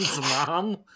mom